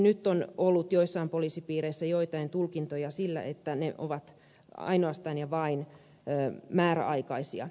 nyt on ollut joissain poliisipiireissä joitain tulkintoja että ne ovat ainoastaan ja vain määräajaksi